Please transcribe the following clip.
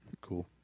Cool